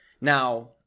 now